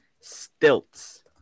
stilts